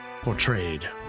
Portrayed